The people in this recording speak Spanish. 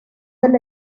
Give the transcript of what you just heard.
del